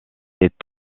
est